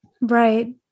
Right